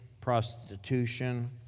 prostitution